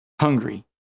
hungry